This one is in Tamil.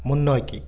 முன்னோக்கி